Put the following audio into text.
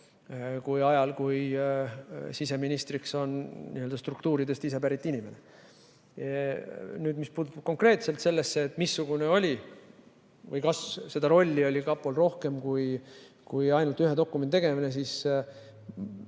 sel ajal, mil siseministriks on ise n‑ö struktuuridest pärit inimene. Mis puutub konkreetselt sellesse, missugune see oli või kas seda rolli oli kapol rohkem kui ainult ühe dokumendi tegemine, siis